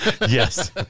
Yes